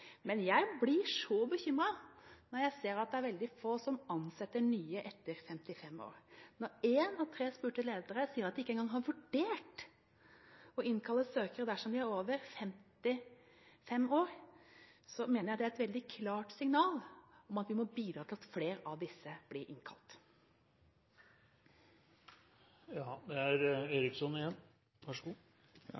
men jeg blir bekymret når jeg ser at det er veldig få som ansetter nye over 55 år. Når én av tre spurte ledere sier at de ikke engang har vurdert å innkalle søkere dersom de er over 55 år, mener jeg det er et veldig klart signal om at vi må bidra til at flere av disse blir innkalt. Det